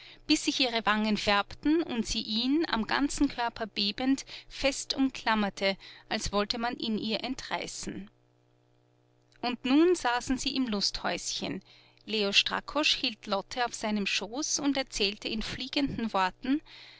bis sich ihre wangen färbten und sie ihn am ganzen körper bebend fest umklammerte als wollte man ihn ihr entreißen und nun saßen sie im lusthäuschen leo strakosch hielt lotte auf seinem schoß und erzählte in fliegenden worten